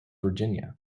virginia